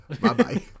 Bye-bye